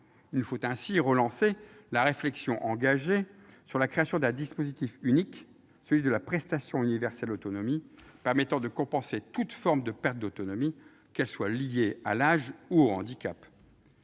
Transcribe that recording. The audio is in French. Il nous faut ainsi relancer la réflexion engagée sur la création d'un dispositif unique, à savoir celui d'une prestation universelle autonomie permettant de compenser toute forme de perte d'autonomie, qu'elle soit liée à l'âge ou au handicap.